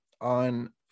on